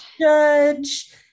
judge